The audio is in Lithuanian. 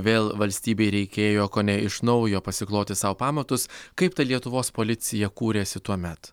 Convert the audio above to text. vėl valstybei reikėjo kone iš naujo pasikloti sau pamatus kaip ta lietuvos policija kūrėsi tuomet